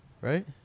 Right